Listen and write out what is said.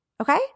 Okay